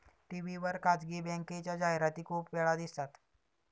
TV वर खासगी बँकेच्या जाहिराती खूप वेळा दिसतात